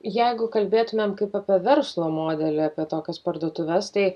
jeigu kalbėtumėm kaip apie verslo modelį apie tokias parduotuves tai